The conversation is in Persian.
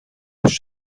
موش